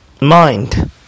mind